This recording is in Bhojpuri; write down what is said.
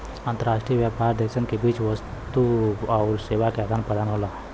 अंतर्राष्ट्रीय व्यापार देशन के बीच वस्तु आउर सेवा क आदान प्रदान हौ